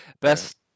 best